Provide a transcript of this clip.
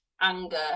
anger